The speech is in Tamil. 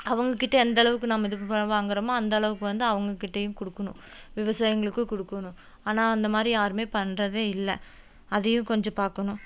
அவங்ககிட்ட எந்தளவுக்கு நம்ம இது வாங்கிறோமோ அந்தளவுக்கு வந்து அவங்ககிட்டையும் கொடுக்குணும் விவசாயிங்களுக்கு கொடுக்குணும் ஆனால் அந்த மாதிரி யாரும் பண்ணுறதே இல்லை அதையும் கொஞ்சம் பார்க்கணும்